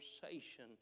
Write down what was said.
conversation